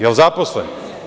Jel zaposlen?